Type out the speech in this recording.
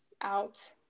out